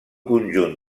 conjunt